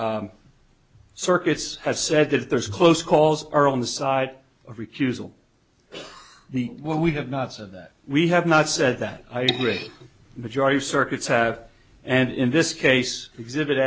the circuits have said that there's close calls are on the side of recusal the what we have not said that we have not said that i agree majority circuits have and in this case exhibit